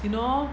you know